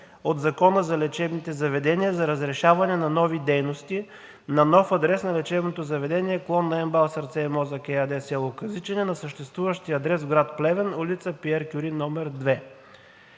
от Закона за лечебните заведения за разрешаване на нови дейности на нов адрес на лечебното заведение, клон на МБАЛ „Сърце и Мозък“ ЕАД – село Казичене, на съществуващия адрес в град Плевен, ул. „Пиер Кюри“ № 2.